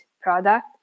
product